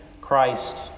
Christ